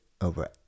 Over